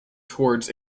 towards